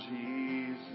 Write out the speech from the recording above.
Jesus